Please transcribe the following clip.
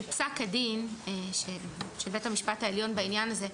בפסק הדין של בית המשפט העליון בעניין הזה,